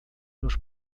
meus